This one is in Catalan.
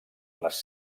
les